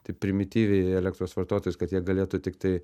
taip primityviai elektros vartotojus kad jie galėtų tiktai